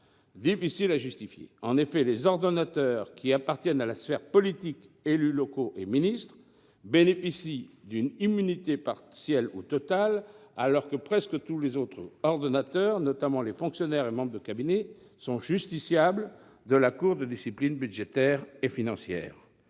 difficile à justifier. Ah ? En effet, les ordonnateurs qui appartiennent à la sphère politique - élus locaux et ministres -bénéficient d'une immunité partielle ou totale, alors que presque tous les autres ordonnateurs, notamment les fonctionnaires et membres de cabinet, sont justiciables de la Cour de discipline budgétaire et financière.